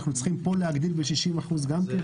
אנחנו צריכים פה להגדיל ב-60% גם כן?